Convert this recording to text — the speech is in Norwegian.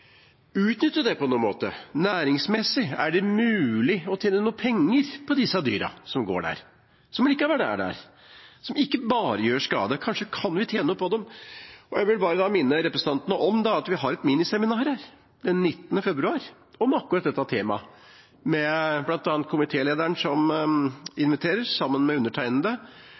tjene penger på dyrene som går der, som allikevel er der, og som ikke bare gjør skade? Kanskje kan vi tjene noe på dem. Jeg vil bare minne representantene om at vi har et miniseminar den 19. februar om akkurat dette temaet. Det er bl.a. komitélederen sammen med undertegnede